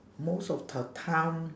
most of the time